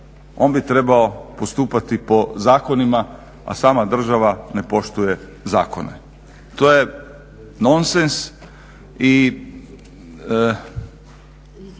on bi trebao postupati po zakonima a sama država ne poštuje zakone. To je nonsens.